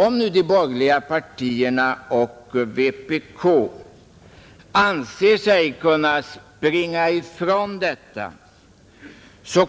Om nu de borgerliga partierna cch vpk anser sig kunna springa ifrån detta,